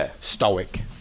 stoic